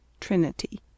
Trinity